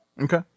okay